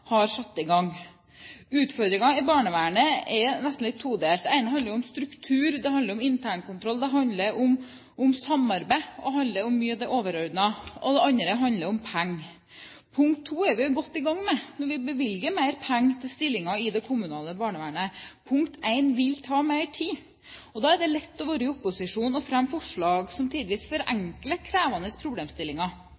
har satt i gang. Utfordringen i barnevernet er todelt. Det ene handler om struktur, det handler om internkontroll, det handler om samarbeid og mye om det overordnede. Det andre handler om penger. Det siste er vi godt i gang med når vi bevilger mer penger til stillinger i det kommunale barnevernet. Det første vil ta mer tid. Da er det lett å være i opposisjon og fremme forslag som